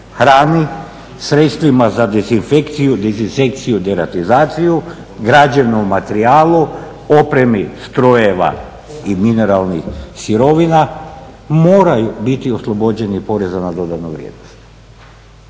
hrani, sredstvima za dezinfekciju, dezinsekciju, deratizaciju, građevnom materijalu, opremi strojeva i mineralnih sirovina moraju biti oslobođeni poreza na dodanu vrijednosti.